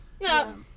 No